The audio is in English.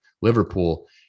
Liverpool